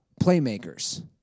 playmakers